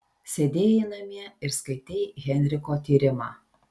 sėdėjai namie ir skaitei henriko tyrimą